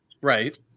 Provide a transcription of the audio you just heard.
Right